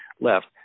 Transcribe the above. left